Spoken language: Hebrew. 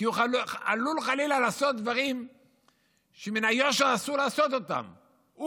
כי הוא עלול חלילה לעשות דברים שאסור לעשות אותם,